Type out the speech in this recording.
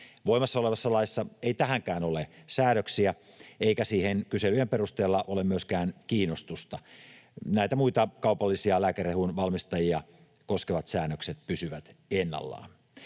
Voimassa olevassa laissa ei tähänkään ole säännöksiä, eikä siihen kyselyjen perusteella ole myöskään kiinnostusta. Muita kaupallisia lääkerehun valmistajia koskevat säännökset pysyvät ennallaan.